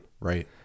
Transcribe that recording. Right